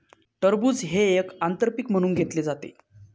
टरबूज हे एक आंतर पीक म्हणून घेतले जाते